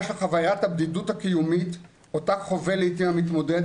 שחוויית הבדידות הקיומית אותה חווה לעתים המתמודד,